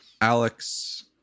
Alex